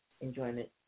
enjoyment